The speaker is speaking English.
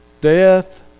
death